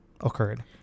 occurred